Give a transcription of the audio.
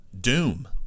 Doom